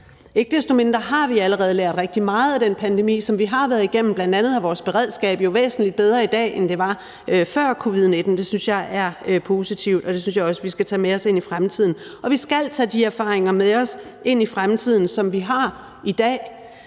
Ikke desto mindre har vi allerede lært rigtig meget af den pandemi, som vi har været igennem, bl.a. er vores beredskab jo væsentlig bedre i dag, end det var før covid-19. Det synes jeg er positivt, og det synes jeg også vi skal tage med os ind i fremtiden. Og vi skal tage de erfaringer, som vi har i dag,